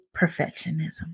perfectionism